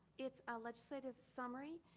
it's a legislative summary,